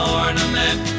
ornament